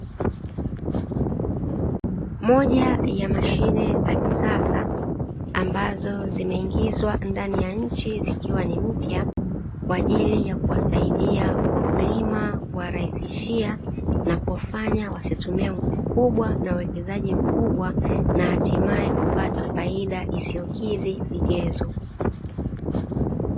Moja ya mashine za kisasa ambazo zimeingizwa ndani ya nchi zikiwa ni mpya kwa ajili ya kuwasaidia wakulima kuwarahisishia na kuwafanya wasitumie nguvu kubwa na uwekezaji mkubwa na hatimaye kupata faida isiyokidhi vigezo.